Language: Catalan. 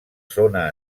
zona